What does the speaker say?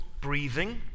breathing